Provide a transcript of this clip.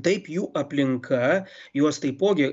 taip jų aplinka juos taipogi